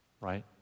right